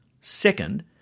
Second